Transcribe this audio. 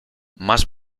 más